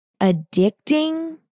addicting